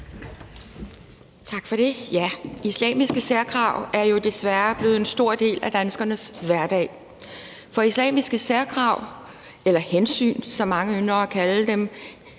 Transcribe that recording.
Tak for det. Islamiske særkrav er jo desværre blevet en stor del af danskernes hverdag – islamiske særkrav eller hensyn, som mange ynder at kalde dem,